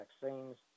vaccines